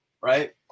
right